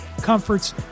comforts